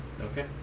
Okay